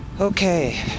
Okay